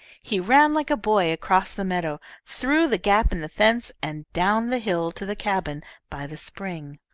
he ran like a boy across the meadow, through the gap in the fence, and down the hill to the cabin by the spring.